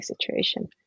situation